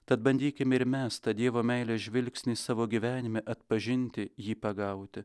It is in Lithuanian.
tad bandykime ir mes tą dievo meilės žvilgsnį savo gyvenime atpažinti jį pagauti